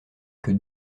que